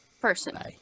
Person